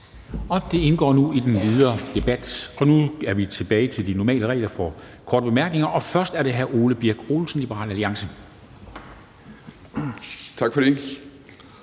indgår nu i den videre debat. Nu er vi tilbage til de normale regler for korte bemærkninger, og først er det hr. Ole Birk Olesen, Liberal Alliance. Kl.